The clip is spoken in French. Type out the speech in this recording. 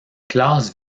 classe